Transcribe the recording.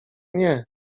nie